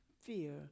fear